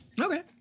Okay